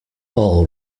all